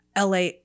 LA